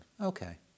Okay